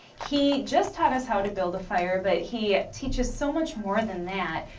he just taught us how and to build a fire, but he teaches so much more than that.